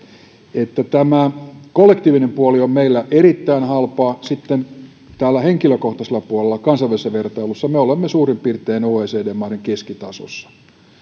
tämä kollektiivinen puoli on meillä erittäin halpaa sitten täällä henkilökohtaisella puolella kansainvälisessä vertailussa me olemme suurin piirtein oecd maiden keskitasolla